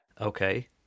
Okay